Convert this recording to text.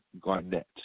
Garnett